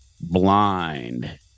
Blind